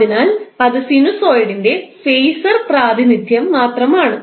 അതിനാൽ അത് സിനുസോയിഡിന്റെ ഫേസർ പ്രാതിനിധ്യം മാത്രമാണ്